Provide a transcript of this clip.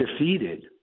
defeated